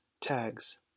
Tags